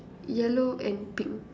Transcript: yellow and pink